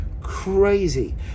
crazy